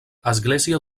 església